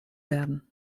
werden